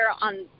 on